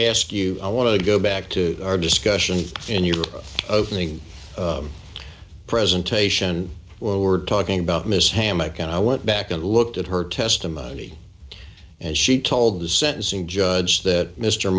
ask you i want to go back to our discussion in your opening presentation we were talking about ms hammock and i went back and looked at her testimony and she told the sentencing judge that mr